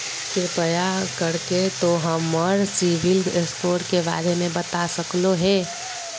कृपया कर के तों हमर सिबिल स्कोर के बारे में बता सकलो हें?